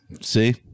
See